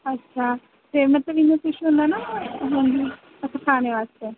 अच्छा ते मतलब इ'यां किश होंदा ना हांजी खाने आस्तै